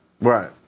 Right